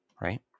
right